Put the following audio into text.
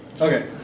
Okay